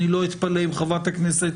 אני לא אתפלא אם חברת הכנסת